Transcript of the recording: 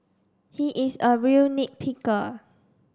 he is a real nit picker